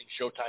Showtime